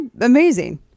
amazing